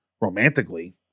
romantically